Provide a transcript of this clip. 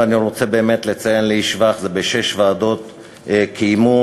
ואני רוצה באמת לציין לשבח: בשש ועדות קיימו